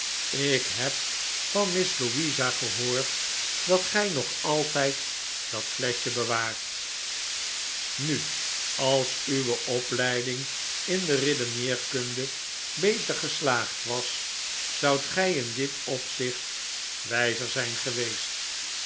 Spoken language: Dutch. ik heb van miss louisa gehoord dat gij nog altijd dat fleschje mijnheer gradgrind's redeneering met sissy bewaart nu als uwe opleiding in de redeneerkunde beter geslaagd was zoudt gij in dit opzicht wijzer zijn geweest